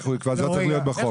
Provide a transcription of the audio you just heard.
זה צריך להיות בחוק.